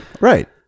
Right